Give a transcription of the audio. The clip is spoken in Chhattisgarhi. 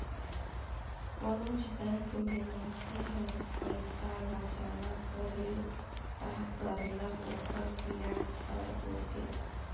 कोनोच बंेक में मइनसे हर पइसा ल जमा करेल त सरलग ओकर बियाज दर होथे